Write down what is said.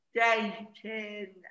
dating